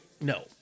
No